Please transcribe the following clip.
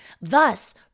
Thus